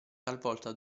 talvolta